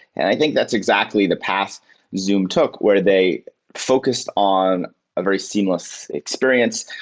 and i think that's exactly the path zoom took, where they focused on a very seamless experience,